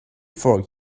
four